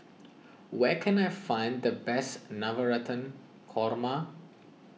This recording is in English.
where can I find the best Navratan Korma